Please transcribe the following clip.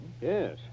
Yes